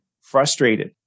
frustrated